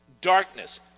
darkness